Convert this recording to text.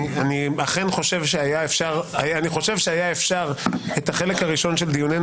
אני חושב שהיה אפשר את החלק הראשון של דיוננו,